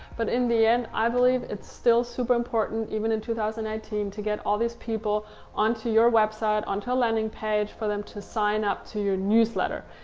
but in the end, i believe it's still super important even in two thousand and eighteen, to get all these people on to your website, on to a landing page for them to sign up to your newsletter.